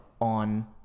on